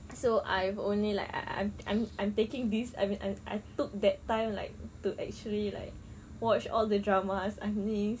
so I've only like I I I'm taking these I mean I I took that time like to actually like watch all the drama I missed